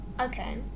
Okay